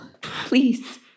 please